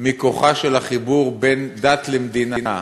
מכוחו של החיבור בין דת למדינה,